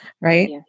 right